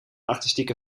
artistieke